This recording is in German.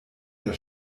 der